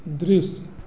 दृश्य